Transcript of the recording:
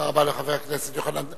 תודה רבה לחבר הכנסת יוחנן פלסנר.